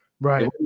right